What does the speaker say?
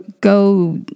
go